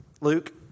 Luke